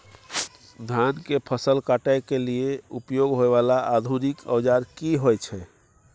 धान के फसल काटय के लिए उपयोग होय वाला आधुनिक औजार की होय छै?